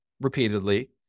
repeatedly